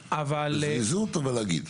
בזריזות אך לומר.